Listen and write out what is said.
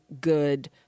good